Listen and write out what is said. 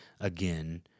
again